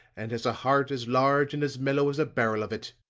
and has a heart as large and as mellow as a barrel of it.